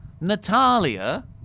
Natalia